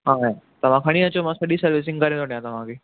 हा तव्हां खणी अचो मां सॼी सर्विसिंग करे थो ॾियांव तव्हांखे